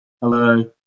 Hello